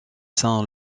saint